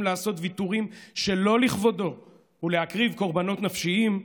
לעשות ויתורים שלא לכבודו ולהקריב קורבנות נפשיים,